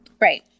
Right